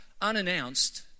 Unannounced